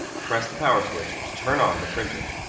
press the power switch to turn on the printer.